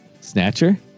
Snatcher